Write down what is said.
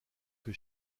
que